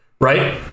right